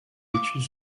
études